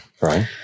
Right